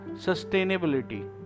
sustainability